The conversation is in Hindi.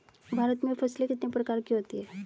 भारत में फसलें कितने प्रकार की होती हैं?